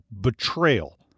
betrayal